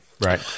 right